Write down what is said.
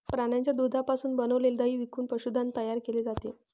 प्राण्यांच्या दुधापासून बनविलेले दही विकून पशुधन तयार केले जाते